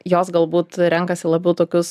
jos galbūt renkasi labiau tokius